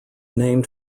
named